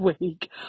week